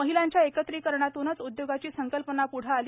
महिलांच्या एकत्रीकरणातूनच उदयोगाची संकल्पनापुढे आली